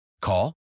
Call